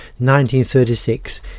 1936